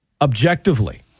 Objectively